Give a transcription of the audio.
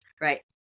right